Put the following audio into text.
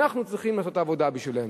אנחנו צריכים לעשות את העבודה בשבילם.